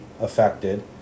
affected